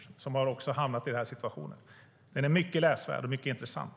Hon är en av dem som hamnat i den situation vi här diskuterar. Boken är mycket läsvärd och mycket intressant.